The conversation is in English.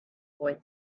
boy